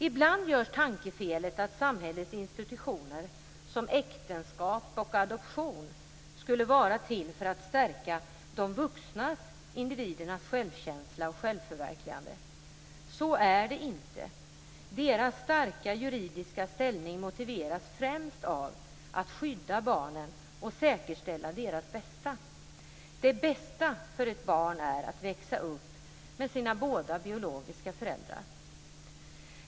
Ibland görs tankefelet att samhälleliga institutioner som äktenskap och adoption skulle vara till för att stärka de vuxna individernas självkänsla och självförverkligande. Så är det inte. Deras starka juridiska ställning motiveras främst av att skydda barnen och säkerställa deras bästa. Det bästa för ett barn är att växa upp med sina båda biologiska föräldrar.